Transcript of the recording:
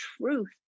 truth